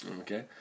Okay